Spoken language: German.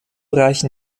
reichen